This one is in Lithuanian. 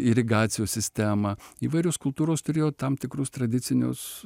irigacijos sistemą įvairios kultūros turėjo tam tikrus tradicinius